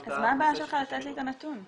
-- אז מה הבעיה שלך לתת לי את הנתון?